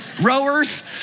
rowers